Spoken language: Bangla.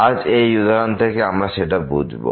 আজ এই উদাহরণ থেকে আমরা সেটা বুঝবো